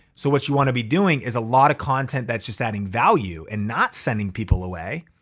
so what you wanna be doing is a lot of content that's just adding value and not sending people away.